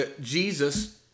Jesus